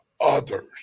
others